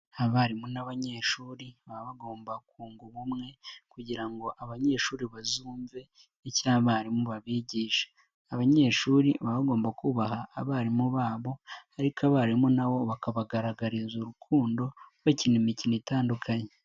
Abarimu n'abanyeshuri baba bagomba kunga ubumwe kugira ngo abanyeshuri bazumve icyo abarimu babigisha, abanyeshuri baba bagomba kubaha abarimu babo ariko abarimu na bo bakabagaragariza urukundo bakina imikino itandukanye.